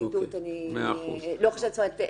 והפרקליטות אני לא חושבת זאת אומרת,